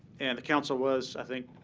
and the council was, i think,